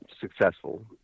successful